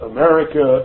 America